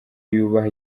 yubaha